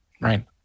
Right